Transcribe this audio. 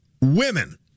women